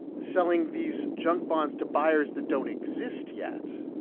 selling these junk bonds to buyers that don't exist yet